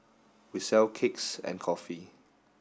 we sell cakes and coffee